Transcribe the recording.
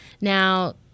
Now